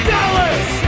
Dallas